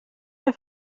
der